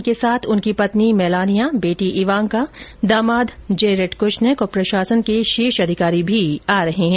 उनके साथ उनकी पत्नी मेलानिया बेटी इवांका दामाद जेरेड कश्नेक और प्रशासन के शीर्ष अधिकारी भी आ रहे है